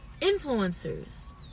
influencers